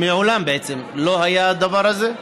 מעולם, בעצם, לא היה הדבר הזה.